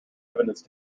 evidence